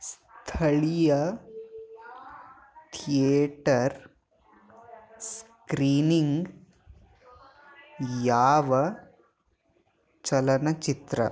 ಸ್ಥಳೀಯ theatre screening ಯಾವ ಚಲನಚಿತ್ರ